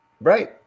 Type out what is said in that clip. Right